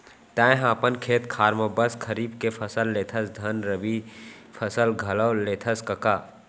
तैंहा अपन खेत खार म बस खरीफ के फसल लेथस धन रबि फसल घलौ लेथस कका?